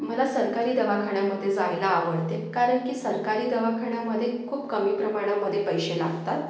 मला सरकारी दवाखान्यांमध्ये जायला आवडते कारण की सरकारी दवाखान्यामध्ये खूप कमी प्रमाणामध्ये पैसे लागतात